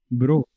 bro